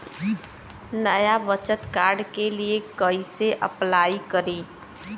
नया बचत कार्ड के लिए कइसे अपलाई करी?